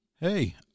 Hey